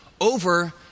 over